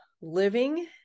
living